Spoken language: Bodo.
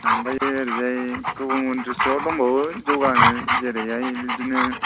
आमफ्रायो ओरैजाय गुबुन गुबुन दिसट्रिक आव दंबावो जौगानो जेरैहाय बिदिनो